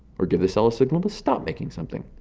or give a cell a signal to stop making something.